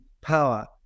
power